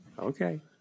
Okay